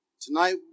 Tonight